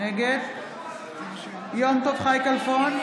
נגד יום טוב חי כלפון,